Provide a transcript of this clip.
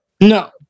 No